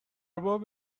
باب